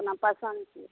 अपना पसंदके